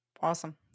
awesome